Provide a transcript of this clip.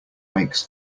makes